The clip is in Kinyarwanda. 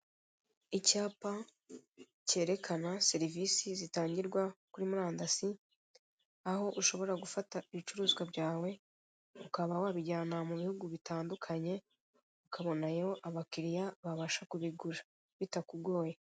Icyapa cyerekana serivisi zitangirwa kuri murandasi aho ushobora gufata ibicuruzwa byawe ukaba wabijyana mu bihugu bitandukanye, ukabonayo abakiriya babasha kubigura bitakugoye.